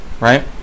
right